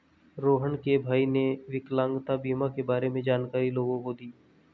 रोहण के भाई ने विकलांगता बीमा के बारे में जानकारी लोगों को दी